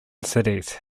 cities